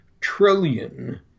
trillion